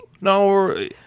No